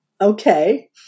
okay